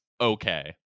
okay